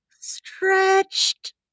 stretched